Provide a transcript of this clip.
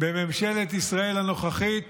בממשלת ישראל הנוכחית